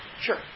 Sure